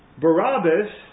Barabbas